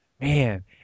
Man